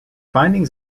findings